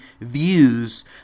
views